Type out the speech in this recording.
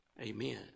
Amen